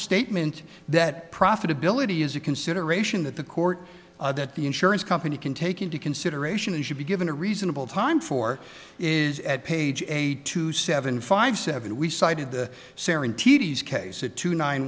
statement that profitability is a consideration that the court that the insurance company can take into consideration should be given a reasonable time for is at page eighty two seven five seven we cited the sarin tt's case a two nine